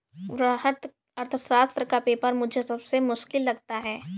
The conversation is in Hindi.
वृहत अर्थशास्त्र का पेपर मुझे सबसे मुश्किल लगता है